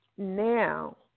Now